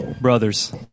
brothers